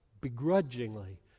begrudgingly